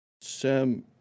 Sam